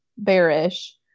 bearish